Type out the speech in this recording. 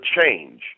change